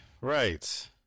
right